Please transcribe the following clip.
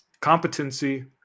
competency